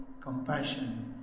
compassion